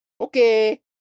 Okay